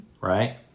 right